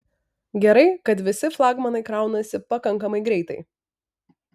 gerai kad visi flagmanai kraunasi pakankamai greitai